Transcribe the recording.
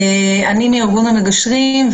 אני מארגון המגשרים.